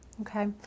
okay